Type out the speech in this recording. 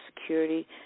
Security